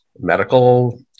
medical